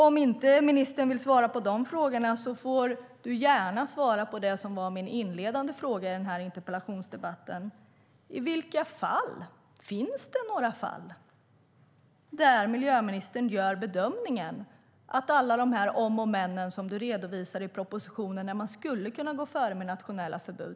Om ministern inte vill svara på de frågorna får hon gärna svara på min inledande fråga i interpellationsdebatten: Finns det några fall där miljöministern gör bedömningen att man kan uppfylla alla de om och men som hon redovisar i propositionen och där man skulle kunna gå före med nationella förbud?